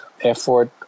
effort